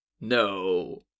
No